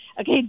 Okay